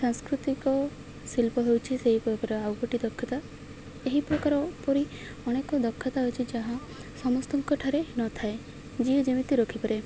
ସାଂସ୍କୃତିକ ଶିଳ୍ପ ହେଉଛିି ସେହି ପ୍ରକାର ଆଉ ଗୋଟେ ଦକ୍ଷତା ଏହି ପ୍ରକାର ଉପରି ଅନେକ ଦକ୍ଷତା ହେଉଛିି ଯାହା ସମସ୍ତଙ୍କ ଠାରେ ନଥାଏ ଯିଏ ଯେମିତି ରଖିପାରେ